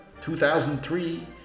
2003